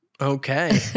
Okay